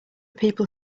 people